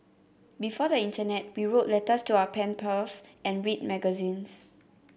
before the internet we wrote letters to our pen pals and read magazines